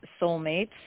soulmates